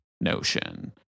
notion